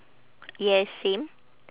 yes same